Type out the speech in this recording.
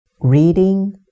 Reading